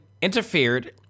interfered